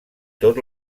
tot